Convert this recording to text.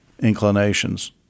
inclinations